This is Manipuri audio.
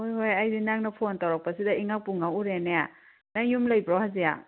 ꯍꯣꯏ ꯍꯣꯏ ꯑꯩꯗꯤ ꯅꯪꯅ ꯐꯣꯟ ꯇꯧꯔꯛꯄꯁꯤꯗ ꯏꯉꯛꯄꯨ ꯉꯛꯎꯔꯦꯅꯦ ꯅꯪ ꯌꯨꯝ ꯂꯩꯕ꯭ꯔꯣ ꯍꯧꯖꯤꯛ